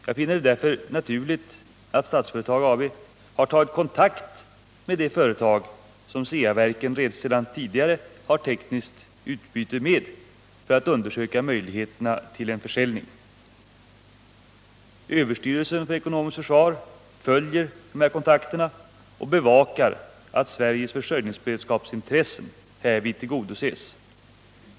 Jag finner det därför naturligt att Statsföretag AB har tagit kontakt med det företag som Ceaverken sedan tidigare har tekniskt utbyte med för att undersöka möjligheterna till en försäljning. Överstyrelsen för ekonomiskt försvar följer dessa kontakter och bevakar att Sveriges försörjningsberedskapsintressen härvid tillgodoses.